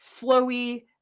flowy